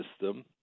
system